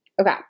Okay